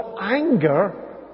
anger